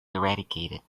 eradicated